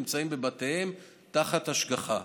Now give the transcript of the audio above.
נמצאים בבתיהם תחת השגחה.